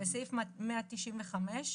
(1)בסעיף 195,